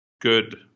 good